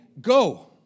Go